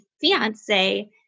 fiance